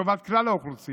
שהם לטובת כלל האוכלוסייה,